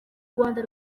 rwanda